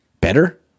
better